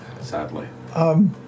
Sadly